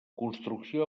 construcció